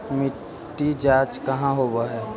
मिट्टी जाँच कहाँ होव है?